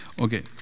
Okay